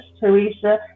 teresa